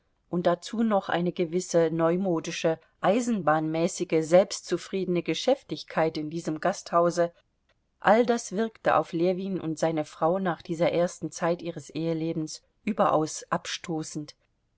und dazu noch eine gewisse neumodische eisenbahnmäßige selbstzufriedene geschäftigkeit in diesem gasthause all das wirkte auf ljewin und seine frau nach dieser ersten zeit ihres ehelebens überaus abstoßend